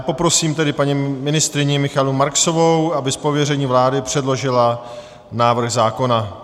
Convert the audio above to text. Poprosím tedy paní ministryni Michaelu Marksovou, aby z pověření vlády předložila návrh zákona.